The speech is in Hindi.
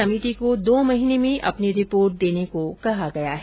समिति को दो महीने में अपनी रिपोर्ट देने को कहा गया है